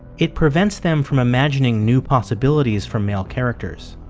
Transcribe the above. it prevents them from imagining new possibilities for male characters.